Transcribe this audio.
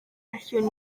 gallwn